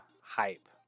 hype